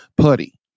putty